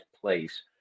place